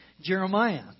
Jeremiah